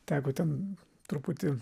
teko ten truputį